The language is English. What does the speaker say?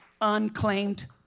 unclaimed